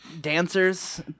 dancers